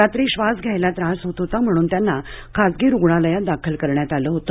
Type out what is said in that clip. रात्री श्वास घ्यायला त्रास होत होता म्हणून त्यांना खाजगी रुग्णालयात दाखल करण्यात आले होते